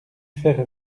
faire